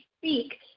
speak